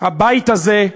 הבית הזה,